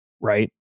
right